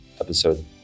episode